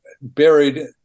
buried